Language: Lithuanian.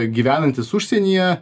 gyvenantis užsienyje